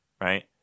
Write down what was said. right